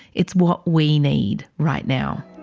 it's what we need right now.